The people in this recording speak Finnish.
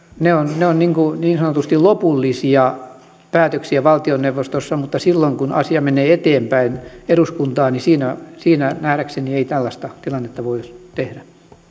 ne ovat niin sanotusti lopullisia päätöksiä valtioneuvostossa mutta silloin kun asia menee eteenpäin eduskuntaan niin nähdäkseni ei tällaista tilannetta voisi tehdä